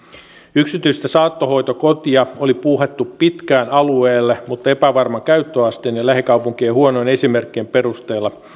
yksityistä saattohoitokotia oli puuhattu pitkään alueelle mutta epävarman käyttöasteen ja lähikaupunkien huonojen esimerkkien perusteella